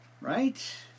Right